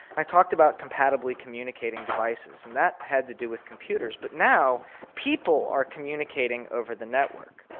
i talked about compatibly communicating devices and that had to do with computers, but now people are communicating over the network,